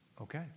Okay